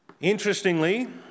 Interestingly